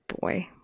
boy